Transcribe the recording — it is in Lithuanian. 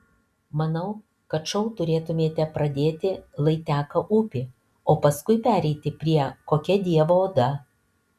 manau kad šou turėtumėme pradėti lai teka upė o paskui pereiti prie kokia dievo oda